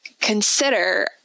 consider